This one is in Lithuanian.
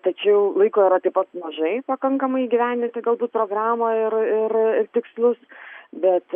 tačiau laiko yra taip pat mažai pakankamai įgyvendinti galbūt programą ir ir tikslus bet